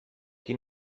qui